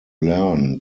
learn